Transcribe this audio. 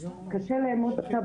קשה לאמוד אותה,